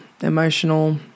emotional